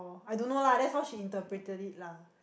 I don't know lah that's how she interpreted it lah